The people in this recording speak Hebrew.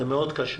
זה מאוד קשה,